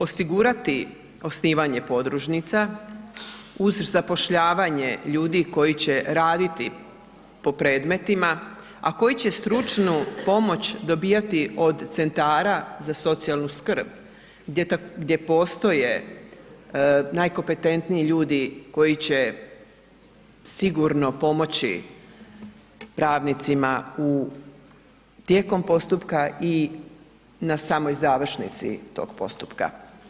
Osigurati osnivanje podružnica uz zapošljavanje ljudi koji će raditi po predmetima, a koji će stručnu pomoć dobivati od centara za socijalnu skrb, gdje postoje najkompetentniji ljudi koji će sigurno pomoći pravnicima u, tijekom postupka i na samoj završnici tog postupka.